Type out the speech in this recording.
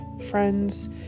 friends